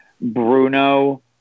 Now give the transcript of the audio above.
Bruno